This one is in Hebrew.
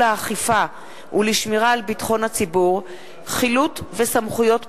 האכיפה ולשמירה על ביטחון הציבור (חילוט וסמכויות פיקוח)